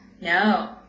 No